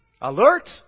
Alert